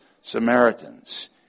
Samaritans